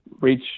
reach